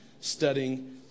studying